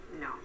No